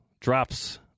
Drops